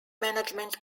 management